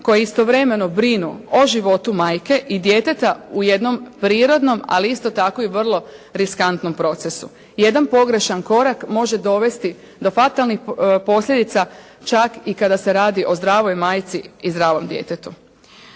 koje istovremeno brinu o životu majke i djeteta u jednom prirodnom, ali isto tako i vrlo riskantnom procesu. Jedan pogrešan korak može dovesti do fatalnih posljedica čak i kada se radi o zdravoj majci i zdravom djetetu.